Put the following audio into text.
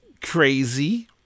crazy